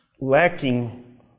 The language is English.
lacking